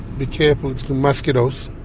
be careful of the mosquitoes.